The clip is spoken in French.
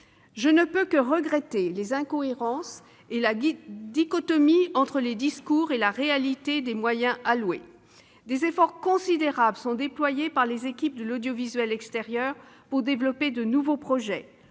Je ne peux que regretter ces incohérences et la dichotomie entre les discours et la réalité des moyens alloués. Des efforts considérables sont déployés par les équipes de l'audiovisuel extérieur pour développer de nouveaux projets.